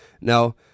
Now